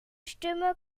stimme